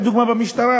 היה דוגמה במשטרה.